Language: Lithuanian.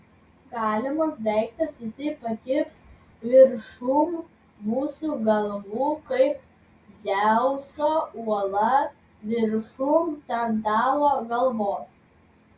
galimas daiktas jisai pakibs viršum mūsų galvų kaip dzeuso uola viršum tantalo galvos